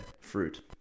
fruit